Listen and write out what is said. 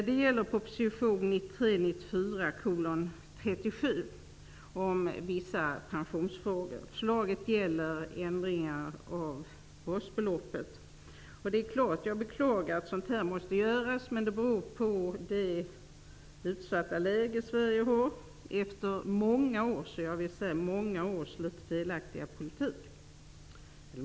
Det gäller alltså proposition 1993/94:37 om vissa pensionsfrågor. Förslaget gäller ändringar av basbeloppet. Jag beklagar självfallet att sådant här måste göras. Men det måste göras beroende på Sveriges utsatta läge efter många år av en mycket felaktig politik.